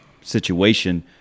situation